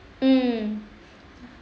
mm